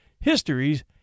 Histories